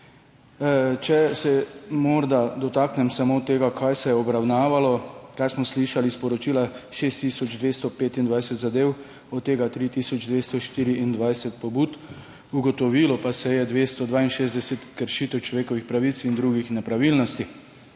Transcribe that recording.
Če se dotaknem samo tega, kar se je obravnavalo, kar smo slišali iz poročila, 6 tisoč 225 zadev, od tega 3 tisoč 224 pobud, ugotovilo pa se je 262 kršitev človekovih pravic in drugih nepravilnosti.